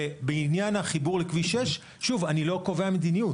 בעניין החיבור לכביש 6, שוב, אני לא קובע מדיניות.